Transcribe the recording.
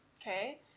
Okay